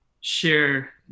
share